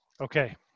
Okay